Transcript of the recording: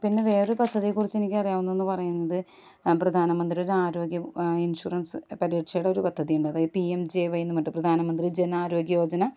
പിന്നെ വേറേ പദ്ധതിയെ കുറിച്ച് എനിക്ക് അറിയാവുന്നതെന്ന് പറയുന്നത് പ്രധാനമന്ത്രിയുടെ ആരോഗ്യ ഇൻഷൂറൻസ് പരിരക്ഷയുടെ ഒരു പദ്ധതിയുണ്ട് അതായത് പി എം ജെ വൈ എന്ന് പറഞ്ഞിട്ട് പ്രധാനമന്ത്രി ജന ആരോഗ്യ യോജന